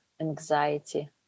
anxiety